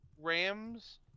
Rams